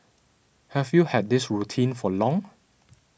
have you had this routine for long